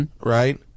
Right